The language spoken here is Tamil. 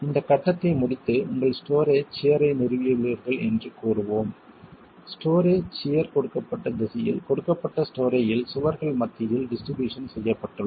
இந்த கட்டத்தை முடித்து உங்கள் ஸ்டோரே சியர் ஐ நிறுவியுள்ளீர்கள் என்று கூறுவோம் ஸ்டோரே சியர் கொடுக்கப்பட்ட திசையில் கொடுக்கப்பட்ட ஸ்டோரேயில் சுவர்கள் மத்தியில் டிஸ்ட்ரிபியூஷன் செய்யப்பட்டுள்ளது